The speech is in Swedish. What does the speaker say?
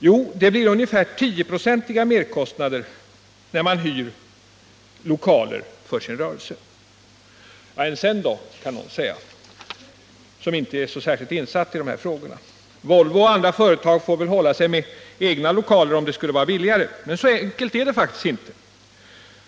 Jo, det blir ungefär tioprocentiga merkostnader när man hyr lokaler för sin rörelse. Än sen då, kan någon säga som inte är särskilt insatt i dessa frågor. Volvo och andra företag får väl hålla sig med egna lokaler om det skulle vara billigare. Men så enkelt är det faktiskt inte.